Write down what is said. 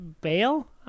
bail